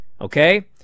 okay